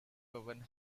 woven